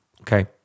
Okay